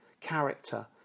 character